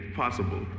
possible